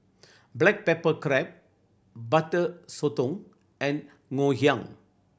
black pepper crab Butter Sotong and Ngoh Hiang